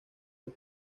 dos